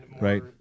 right